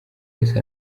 wese